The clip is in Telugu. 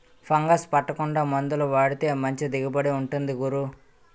ఫంగస్ పట్టకుండా మందులు వాడితే మంచి దిగుబడి ఉంటుంది గురూ